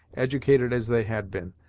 educated as they had been,